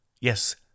yes